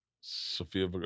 sophia